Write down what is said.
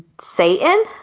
satan